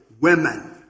women